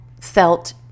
felt